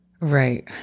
Right